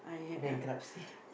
bankruptcy